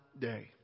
day